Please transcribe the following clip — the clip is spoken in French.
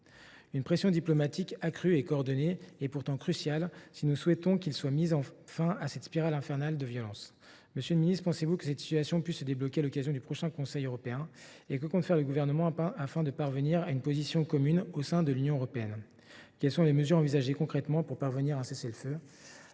Une pression diplomatique accrue et coordonnée est pourtant cruciale si nous souhaitons qu’il soit mis fin à cette spirale infernale de violence. Monsieur le ministre, pensez vous que cette situation puisse se débloquer à l’occasion du prochain Conseil européen ? Que compte faire le Gouvernement afin de parvenir à une position commune au sein de l’Union européenne ? Quelles sont les mesures envisagées concrètement pour parvenir à un cessez le feu ?